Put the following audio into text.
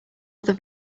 other